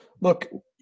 look